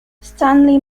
stanley